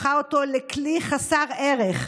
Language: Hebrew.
הפכה אותו לכלי חסר ערך,